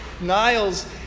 Niles